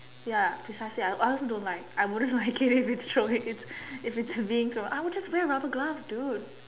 ya precisely I I also don't like I wouldn't like it if you throw it in if it's being thrown I would just wear rubber glove dude